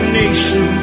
nation